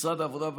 משרד העבודה,